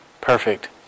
perfect